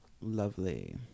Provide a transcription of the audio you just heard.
Lovely